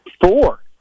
Four